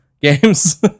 games